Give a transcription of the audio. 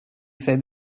said